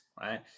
right